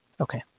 Okay